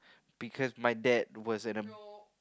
because my dad wasn't a